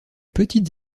petites